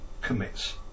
commits